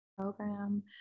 program